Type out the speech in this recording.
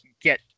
get